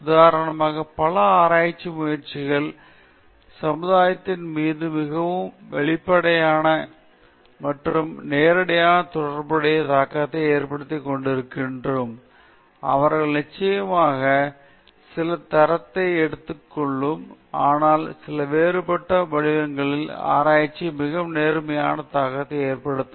உதாரணமாக பல ஆராய்ச்சி முயற்சிகள் சமுதாயத்தின் மீது மிகவும் வெளிப்படையான மற்றும் நேரடியான நேர்மறையான தாக்கத்தை கொண்டிருக்காது என்று கூறுங்கள் அவர்கள் நிச்சயமாக சில தாக்கத்தை ஏற்படுத்தும் ஆனால் சில வேறுபட்ட வடிவங்கள் ஆராய்ச்சி மிகவும் நேர்மறை தாக்கத்தை ஏற்படுத்தும்